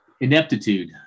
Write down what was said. ineptitude